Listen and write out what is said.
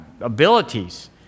abilities